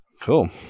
Cool